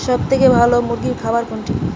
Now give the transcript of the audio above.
সবথেকে ভালো মুরগির খাবার কোনটি?